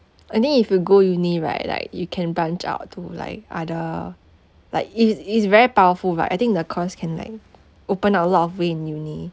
and then if you go uni right like you can branch out to like other like it it's very powerful but I think the course can like open a lot of way in uni